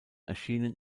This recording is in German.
erschienen